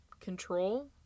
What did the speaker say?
control